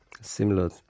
similar